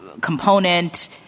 component